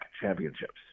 championships